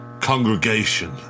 congregation